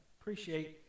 appreciate